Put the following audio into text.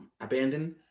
abandoned